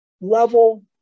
level